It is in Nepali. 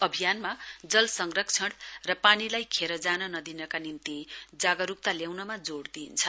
अभियानमा जल संरक्षण र पानीलाई खेर जान नदिनका निम्ति जागरुकता ल्याउनमा जोड दिइन्छ